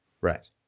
Right